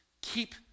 keep